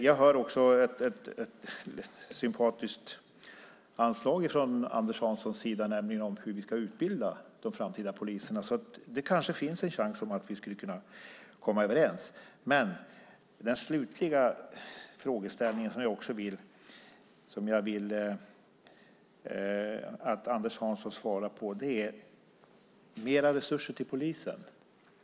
Jag hör ett sympatiskt anslag från Anders Hanssons sida beträffande hur vi ska utbilda de framtida poliserna. Kanske finns det en chans att vi kan komma överens. Slutligen vill jag be Anders Hansson svara på frågan om mer resurser till polisen.